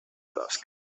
tasca